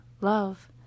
love